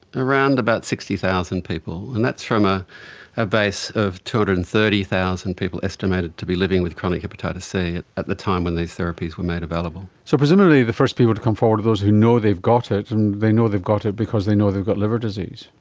around about sixty thousand people and that's from ah a base of two hundred and thirty thousand people estimated to be living with chronic hepatitis c at the time when these therapies were made available. so presumably the first people to come forward are those who know they've got it and they know they've got it because they know they've got liver disease.